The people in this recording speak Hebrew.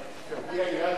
אל תקרא לי.